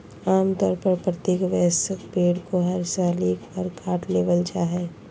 आम तौर पर प्रत्येक वयस्क भेड़ को हर साल एक बार काट लेबल जा हइ